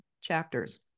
chapters